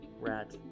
rat